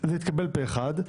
זה התקבל פה אחד,